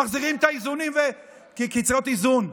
מחזירים את האיזונים כי צריך להיות איזון.